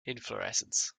inflorescence